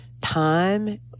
time